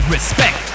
Respect